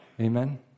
Amen